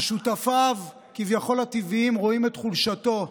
ששותפיו, כביכול הטבעיים, רואים את חולשתו,